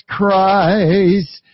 Christ